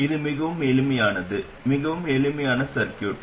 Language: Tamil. இது மிகவும் எளிமையானது மிகவும் எளிமையான சர்கியூட்